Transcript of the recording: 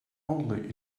only